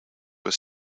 were